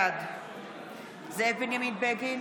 בעד זאב בנימין בגין,